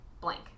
blank